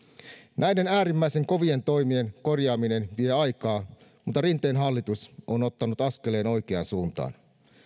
näiden äärimmäisen kovien toimien korjaaminen vie aikaa mutta rinteen hallitus on ottanut askeleen oikeaan suuntaan